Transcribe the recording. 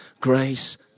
grace